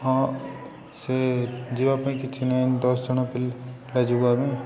ହଁ ସେ ଯିବା ପାଇଁ କିଛି ନାହିଁ ଦଶ ଜଣ ପିଲା ଯିବୁ ଆମେ